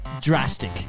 drastic